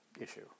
issue